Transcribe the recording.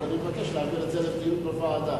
ואני מבקש להעביר את זה לדיון בוועדה.